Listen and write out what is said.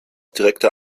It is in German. direkter